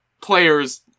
players